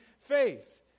faith